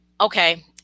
okay